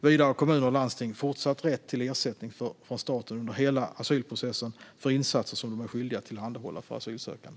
Vidare har kommuner och landsting fortsatt rätt till ersättning från staten under hela asylprocessen för insatser som de är skyldiga att tillhandahålla för asylsökande.